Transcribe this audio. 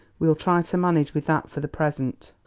we'll try to manage with that for the present.